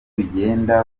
bigenda